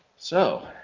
so.